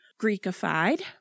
Greekified